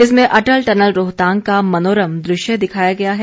इसमें अटल टनल रोहतांग का मनोरम दृष्य दिखाया गया है